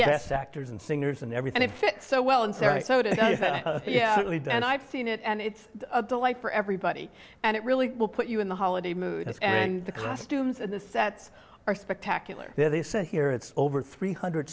best actors and singers and everything fits so well in sarasota and i've seen it and it's a delight for everybody and it really will put you in the holiday mood and the costumes and the sets are spectacular there they say here it's over three hundred